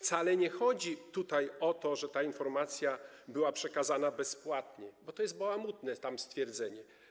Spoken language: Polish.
Wcale nie chodzi tutaj o to, że ta informacja była przekazana bezpłatnie, bo to jest bałamutne stwierdzenie.